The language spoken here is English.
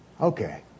Okay